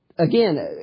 Again